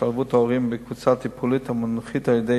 השתלבות ההורים בקבוצה טיפולית המונחית על-ידי